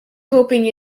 hoping